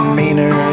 meaner